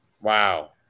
Wow